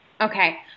Okay